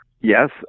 Yes